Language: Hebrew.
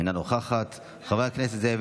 אינה נוכחת, חבר הכנסת זאב